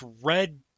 red